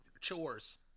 chores